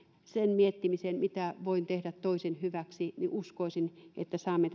sen miettimiseen mitä voin tehdä toisen hyväksi niin uskoisin että saamme